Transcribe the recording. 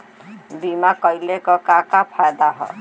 बीमा कइले का का फायदा ह?